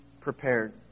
prepared